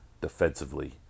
defensively